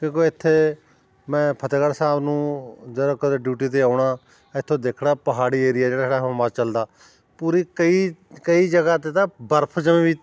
ਕਿਉਂਕਿ ਇੱਥੇ ਮੈਂ ਫਤਿਹਗੜ੍ਹ ਸਾਹਿਬ ਨੂੰ ਜਦੋਂ ਕਦੇ ਡਿਊਟੀ 'ਤੇ ਆਉਣਾ ਇੱਥੋਂ ਦੇਖਣਾ ਪਹਾੜੀ ਏਰੀਆ ਜਿਹੜਾ ਹਿਮਾਚਲ ਦਾ ਪੂਰੀ ਕਈ ਕਈ ਜਗ੍ਹਾ 'ਤੇ ਤਾਂ ਬਰਫ ਜੰਮੀ